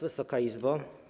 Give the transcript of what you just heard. Wysoka Izbo!